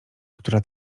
która